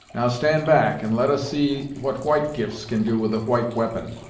now, stand back and let us see what white gifts can do with a white we'pon.